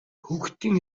хүүхдийн